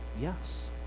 yes